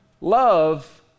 love